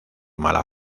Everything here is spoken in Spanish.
mala